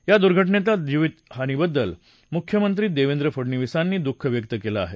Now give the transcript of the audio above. या दुर्घटनेतल्या जीवितहानीबद्दल मुख्यमंत्री देवेंद्र फडनवीस यांनी दुःख व्यक्त केलं आहे